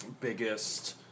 biggest